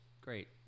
Great